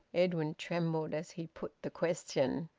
edwin trembled as he put the question